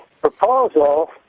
proposal